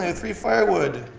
and three firewood.